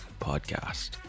Podcast